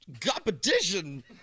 competition